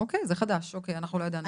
אוקיי, זה חדש, אנחנו לא ידענו את זה.